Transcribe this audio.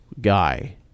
guy